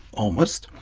almost.